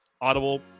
audible